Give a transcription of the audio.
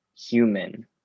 human